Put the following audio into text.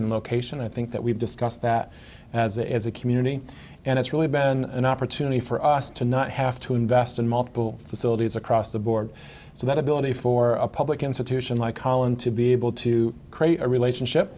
in location i think that we've discussed that as as a community and it's really been an opportunity for us to not have to invest in multiple facilities across the board so that ability for a public institution like holland to be able to create a relationship